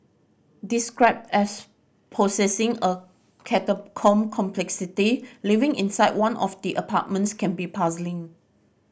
described as possessing a catacomb complexity living inside one of the apartments can be puzzling